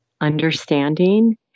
understanding